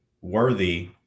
worthy